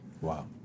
Wow